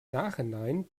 nachhinein